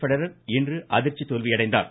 Federer இன்று அதிர்ச்சி தோல்வியடைந்தார்